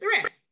threat